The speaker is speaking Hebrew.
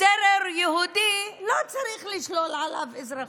על טרור יהודי לא צריך לשלול אזרחות.